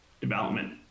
development